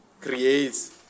creates